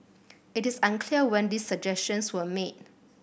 it is unclear when these suggestions were made